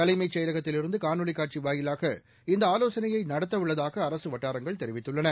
தலைமைச் செயலகத்தில் இருந்து காணொலி காட்சி வாயிலாக இந்த ஆலோசனையை நடத்த உள்ளதாக அரசு வட்டாரங்கள் தெரிவித்துள்ளன